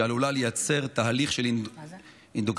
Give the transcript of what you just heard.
שעלולה לייצר תהליך של אינדוקטרינציה,